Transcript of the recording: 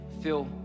feel